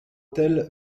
hôtel